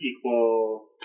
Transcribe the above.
equal